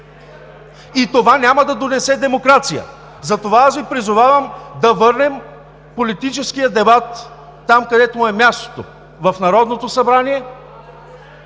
И това няма да донесе демокрация. Затова аз Ви призовавам да върнем политическия дебат там, където му е мястото – в Народното събрание.